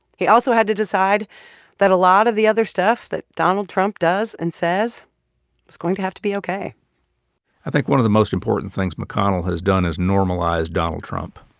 he also had to decide that a lot of the other stuff that donald trump does and says is going to have to be ok i think one of the most important things mcconnell has done is normalize donald trump.